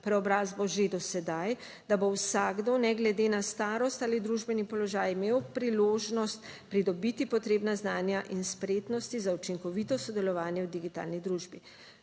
preobrazbo že do sedaj, da bo vsakdo, ne glede na starost ali družbeni položaj, imel priložnost pridobiti potrebna znanja in spretnosti za učinkovito sodelovanje v digitalni družbi.